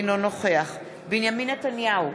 אינו נוכח בנימין נתניהו,